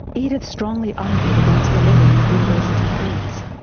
edith strongly argued against the levying of university fees.